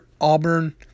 Auburn